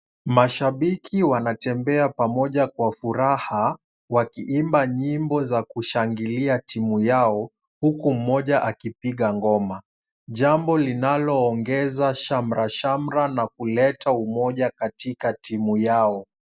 Mashabiki wanatembea pamoja kwa furaha, wakiimba nyimbo za kushangilia timu yao, huku mmoja akipiga ngoma. Jambo linaloongeza shamra shamra na kuleta umoja katika timu yao.